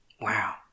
Wow